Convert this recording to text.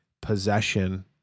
possession